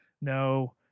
no